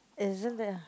isn't that